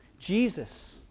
Jesus